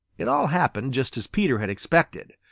it all happened just as peter had expected.